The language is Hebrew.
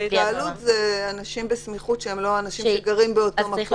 התקהלות זה אנשים בסמיכות שהם לא האנשים שגרים באותו מקום.